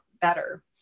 better